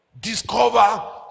Discover